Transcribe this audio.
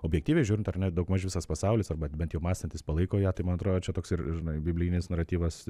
objektyviai žiūrint ar ne daugmaž visas pasaulis arba bent jau mąstantys palaiko ją tai man atrodo čia toks ir ir žinai biblinis naratyvas